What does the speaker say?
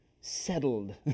settled